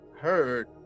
heard